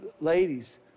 ladies